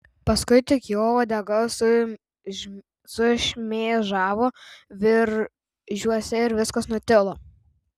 paskui tik jo uodega sušmėžavo viržiuose ir viskas nutilo